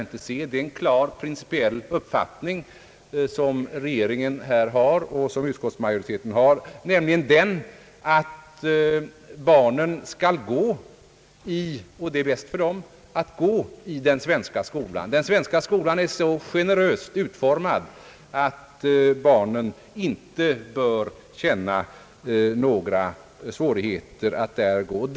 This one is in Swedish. Det är en klar, principiell uppfattning som regeringen och utskottsmajoriteten här har, nämligen att det är bäst för dessa barn att gå i den svenska skolan. Den är så generöst utformad att barnen inte torde behöva känna några speciella svårigheter vid en sådan skolgång.